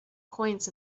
coins